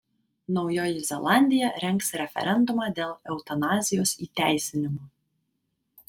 naujoji zelandija rengs referendumą dėl eutanazijos įteisinimo